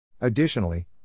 Additionally